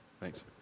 Thanks